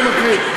כן, מקריא.